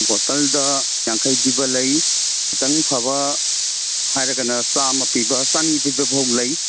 ꯕꯣꯇꯜꯗ ꯌꯥꯡꯈꯩ ꯄꯤꯕ ꯂꯩ ꯈꯤꯇꯪ ꯐꯕ ꯍꯥꯏꯔꯒꯅ ꯆꯥꯝꯃ ꯄꯤꯕ ꯆꯅꯤ ꯄꯤꯕ ꯐꯥꯎ ꯂꯩ